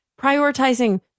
prioritizing